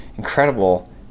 incredible